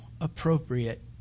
appropriate